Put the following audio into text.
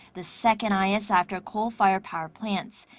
the second-highest after coal-fired power plants.